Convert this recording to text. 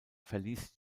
verließ